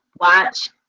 watch